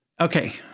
Okay